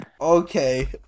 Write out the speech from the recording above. Okay